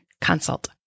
Consult